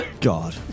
God